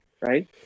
right